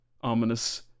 ominous